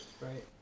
Right